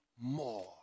more